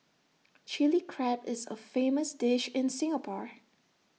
Chilli Crab is A famous dish in Singapore